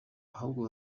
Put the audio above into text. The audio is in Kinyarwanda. ahubwo